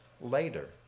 later